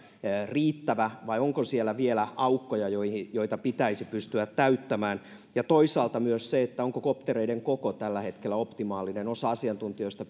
riittävä vai onko siellä vielä aukkoja joita pitäisi pystyä täyttämään ja toisaalta myös onko koptereiden koko tällä hetkellä optimaalinen osa asiantuntijoista